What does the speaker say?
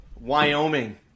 Wyoming